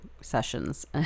sessions